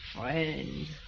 friends